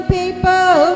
people